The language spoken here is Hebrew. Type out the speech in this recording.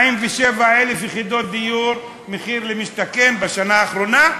47,000 יחידות דיור מחיר למשתכן בשנה האחרונה,